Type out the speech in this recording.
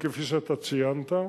כפי שציינת,